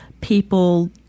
people